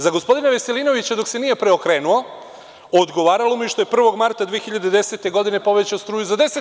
Za gospodina Veselinovića, dok se nije preokrenuo, odgovaralo mu je i što je 1. marta 2010. godine povećao struju za 10%